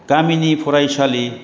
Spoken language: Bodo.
गामिनि फरायसालि